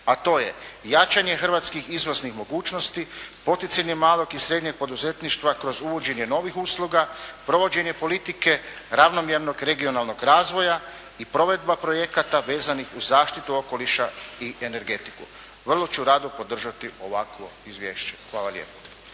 a to je jačanje hrvatskih izvoznih mogućnosti, poticanje malog i srednjeg poduzetništva kroz uvođenje novih usluga, provođenje politike ravnomjernog regionalnog razvoja i provedba projekata vezanih uz zaštitu okoliša i energetiku. Vrlo ću rado podržati ovakvo izvješće. Hvala lijepo.